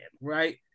right